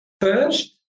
first